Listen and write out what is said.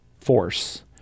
force